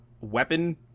weapon